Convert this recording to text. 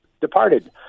departed